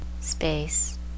space